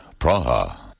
Praha